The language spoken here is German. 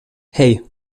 hei